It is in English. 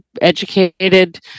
educated